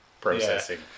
Processing